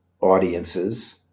audiences